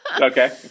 Okay